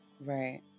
Right